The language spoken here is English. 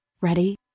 Ready